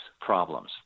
Problems